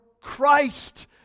Christ